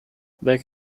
back